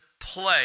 play